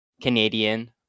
Canadian